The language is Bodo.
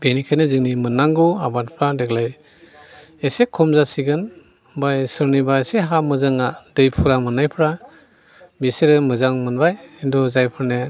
बेनिखायनो जोंनि मोननांगौ आबादफ्रा देग्लाय एसे खम जासिगोन सोरनिबा एसे हा मोजाङा दै फुरा मोननायफ्रा बिसोरो मोजां मोनबाय खिन्थु जायफोरने